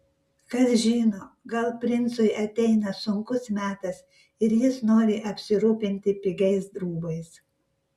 kas žino gal princui ateina sunkus metas ir jis nori apsirūpinti pigiais rūbais